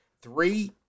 Three